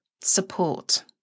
support